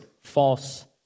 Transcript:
false